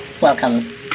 Welcome